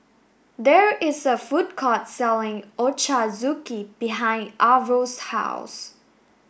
there is a food court selling Ochazuke behind Arvil's house